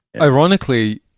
Ironically